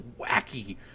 wacky